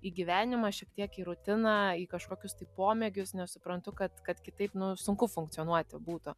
į gyvenimą šiek tiek į rutiną į kažkokius tai pomėgius nes suprantu kad kad kitaip nu sunku funkcionuoti būtų